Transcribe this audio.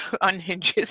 unhinges